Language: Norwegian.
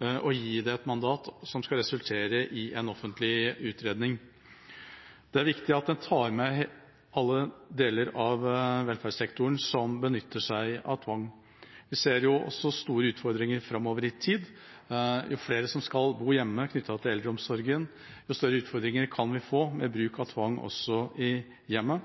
et mandat som skal resultere i en offentlig utredning. Det er viktig at en tar med alle deler av velferdssektoren som benytter seg av tvang. Vi ser også store utfordringer framover i tid. Jo flere som skal bo hjemme knyttet til eldreomsorgen, jo større utfordringer kan vi få med bruk av tvang også i hjemmet.